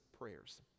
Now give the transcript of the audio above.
prayers